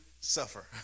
suffer